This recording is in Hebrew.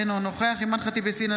אינו נוכח אימאן ח'טיב יאסין,